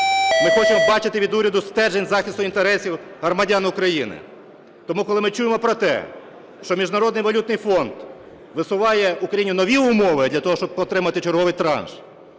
Ми хочемо бачити від уряду стержень захисту інтересів громадян України. Тому, коли ми чуємо про те, що Міжнародний валютний фонд висуває Україні нові умови для того, щоб отримати черговий транш,